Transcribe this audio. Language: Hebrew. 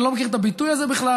אני לא מכיר את הביטוי הזה בכלל.